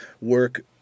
work